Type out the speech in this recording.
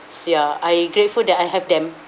ya I grateful that I have them